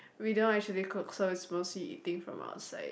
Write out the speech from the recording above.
we don't actually cook so is mostly eating from outside